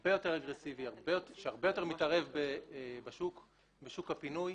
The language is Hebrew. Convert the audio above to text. הרבה יותר אגרסיבי, הרבה יותר מתערב בשוק הפינוי.